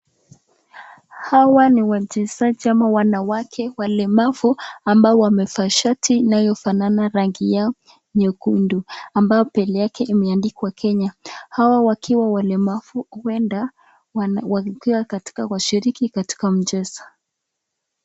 Hawa ni wachezaji ama wanawake walemavu ambao wamevaa shati inayofanana rangi yao nyekundu ambao mbele yake imeandikwa Kenya. Hawa wakiwa walemavu huenda wakiwa washiriki katika mchezo.